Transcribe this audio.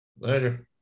Later